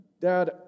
Dad